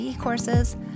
courses